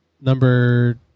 number